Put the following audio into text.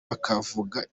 bakavuga